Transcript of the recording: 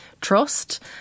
trust